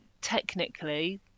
technically